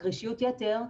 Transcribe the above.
לקרישות יתר,